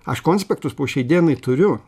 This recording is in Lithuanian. aš konspektus po šiai dienai turiu